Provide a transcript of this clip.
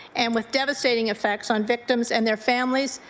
and with devastating effects on victims and their families,